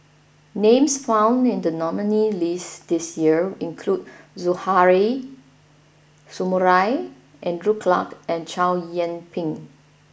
names found in the nominees' list this year include Suzairhe Sumari Andrew Clarke and Chow Yian Ping